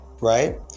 Right